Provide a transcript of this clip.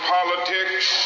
Politics